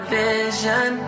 vision